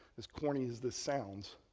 as corny as this sounds,